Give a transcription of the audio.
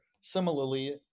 Similarly